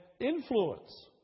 influence